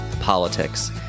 politics